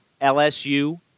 LSU